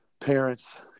parents